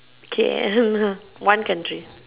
okay one country